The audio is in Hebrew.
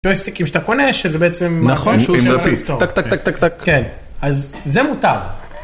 ג'וייסטיקים שאתה קונה שזה בעצם נכון שזה מותר.